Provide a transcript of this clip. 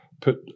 put